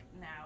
now